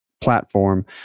platform